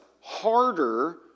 harder